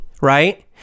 right